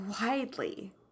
widely